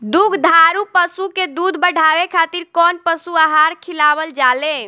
दुग्धारू पशु के दुध बढ़ावे खातिर कौन पशु आहार खिलावल जाले?